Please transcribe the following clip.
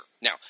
Now